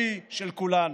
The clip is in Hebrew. שלי, של כולנו.